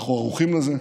אנחנו ערוכים לזה,